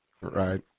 Right